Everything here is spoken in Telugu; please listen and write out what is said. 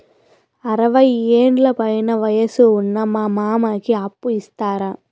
అరవయ్యేండ్ల పైన వయసు ఉన్న మా మామకి అప్పు ఇస్తారా